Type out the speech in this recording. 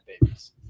babies